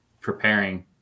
preparing